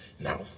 Now